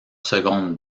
seconde